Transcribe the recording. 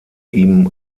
ihm